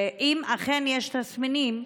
אם אכן יש תסמינים,